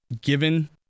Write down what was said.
given